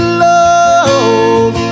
love